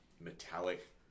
metallic